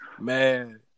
Man